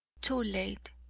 too late,